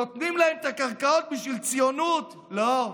נותנים להם את הקרקעות בשביל ציונות, לא.